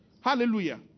Hallelujah